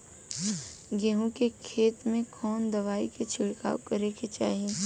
गेहूँ के खेत मे कवने दवाई क छिड़काव करे के चाही?